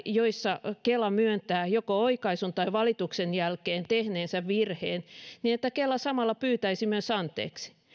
joissa kela myöntää joko oikaisun tai valituksen jälkeen tehneensä virheen lisätä että kela samalla pyytää myös anteeksi